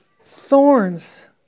thorns